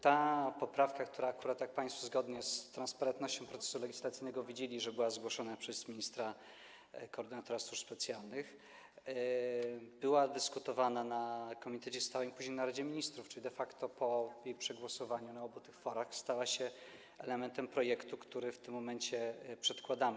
Ta poprawka, która akurat - jak państwo zgodnie z transparentnością procesu legislacyjnego wiedzieli - była zgłoszona przez ministra koordynatora służb specjalnych, była dyskutowana w komitecie stałym i później na posiedzeniu Rady Ministrów, czyli de facto po jej przegłosowaniu na obu tych forach stała się elementem projektu, który w tym momencie przedkładamy.